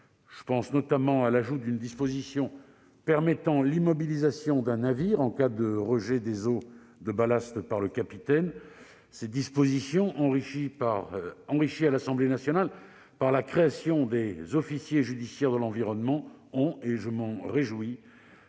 Je pense notamment à la mesure permettant l'immobilisation d'un navire en cas de rejet des eaux de ballast par le capitaine. Ces ajouts, enrichis à l'Assemblée nationale par la création des officiers judiciaires de l'environnement, ont fait l'objet